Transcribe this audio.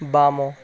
ବାମ